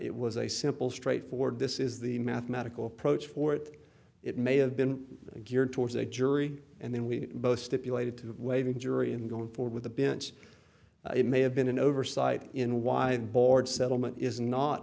it was a simple straightforward this is the mathematical approach for it it may have been geared towards a jury and then we both stipulated to the waiving jury in going forward with the beenz it may have been an oversight in why the board settlement is not